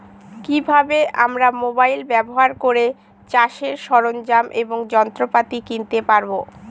কি ভাবে আমরা মোবাইল ব্যাবহার করে চাষের সরঞ্জাম এবং যন্ত্রপাতি কিনতে পারবো?